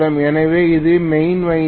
எனவே இது main winding